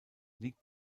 liegt